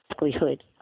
likelihood